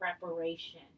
preparation